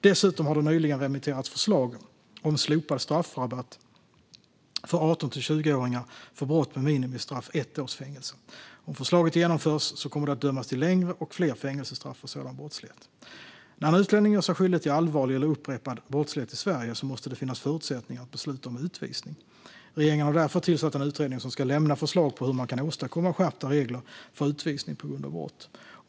Dessutom har det nyligen remitterats förslag om slopad straffrabatt för 18-20-åringar för brott med minimistraff ett års fängelse. Om förslaget genomförs kommer det att dömas till längre och fler fängelsestraff för sådan brottslighet. När en utlänning gör sig skyldig till allvarlig eller upprepad brottslighet i Sverige måste det finnas förutsättningar att besluta om utvisning. Regeringen har därför tillsatt en utredning som ska lämna förslag på hur man kan åstadkomma skärpta regler för utvisning på grund av brott.